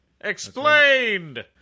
Explained